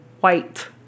white